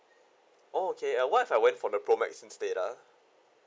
oh okay what if I went for the pro max instead ah